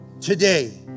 today